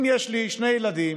אם יש לי שני ילדים